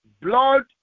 blood